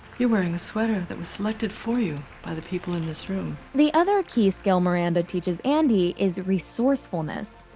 you're wearing a sweater that was selected for you by the people in this room. the other key skill miranda teaches andy is resourcefulness.